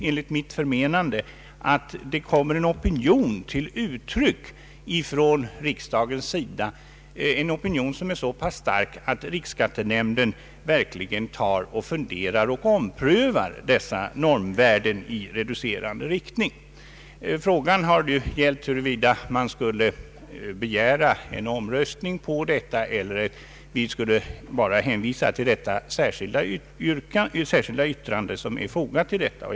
Enligt mitt förmenande är det viktigt att en opinion kommer till uttryck från riksdagens sida, en opinion som är så pass stark att riksskattenämnden verkligen omprövar dessa normvärden i reducerande riktning. Frågan för oss motionärer har gällt huruvida vi skulle begära en omröstning eller bara hänvisa till det särskilda yttrande som är fogat till betänkandet.